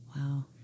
wow